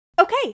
Okay